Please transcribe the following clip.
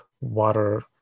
water